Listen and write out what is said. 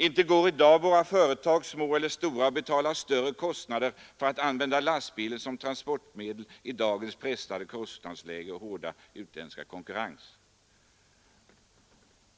Inte skulle våra företag — små eller stora — i dagens pressade kostnadsläge och hårda utländska konkurrens betala större kostnader